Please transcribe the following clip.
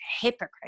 hypocrite